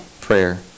prayer